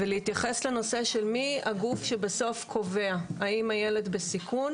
ולהתייחס לנושא של מי הגוף שבסוף קובע האם הילד בסיכון